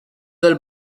del